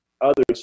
others